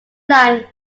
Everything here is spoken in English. line